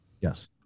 Yes